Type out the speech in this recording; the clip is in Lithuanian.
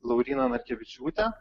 lauryna narkevičiūtė